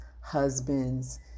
husbands